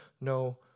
no